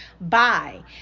Bye